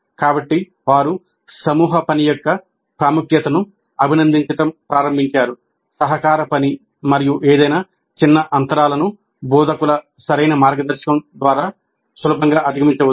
కాబట్టి వారు సమూహ పని యొక్క ప్రాముఖ్యతను అభినందించడం ప్రారంభించారు సహకార పని మరియు ఏదైనా చిన్న అంతరాలను బోధకుల సరైన మార్గదర్శకత్వం ద్వారా సులభంగా అధిగమించవచ్చు